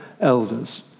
elders